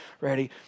ready